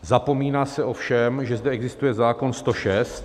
Zapomíná se ovšem, že zde existuje zákon 106.